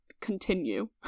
continue